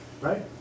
Right